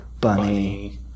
Bunny